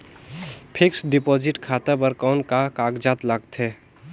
Fixed deposit खाता बर कौन का कागजात लगथे?